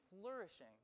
flourishing